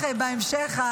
בהמשך,